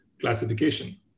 classification